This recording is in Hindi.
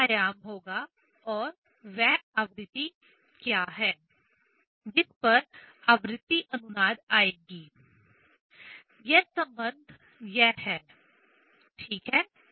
वह आयाम होगा और वह आवृत्ति क्या है जिस पर आवृत्ति अनुनाद आएगी यह संबंध यह है ठीक है